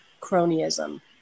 cronyism